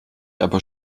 aber